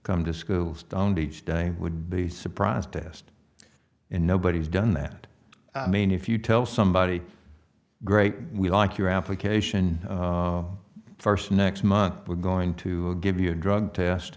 come to schools don't teach they would be surprised to asked and nobody's done that i mean if you tell somebody great we like your application first next month we're going to give you a drug test